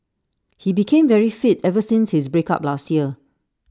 he became very fit ever since his break up last year